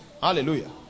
Hallelujah